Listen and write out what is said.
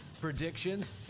predictions